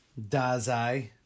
Dazai